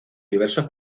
diversos